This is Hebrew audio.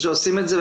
עושים את זה,